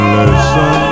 listen